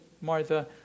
Martha